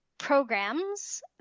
programs